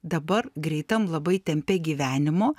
dabar greitam labai tempe gyvenimo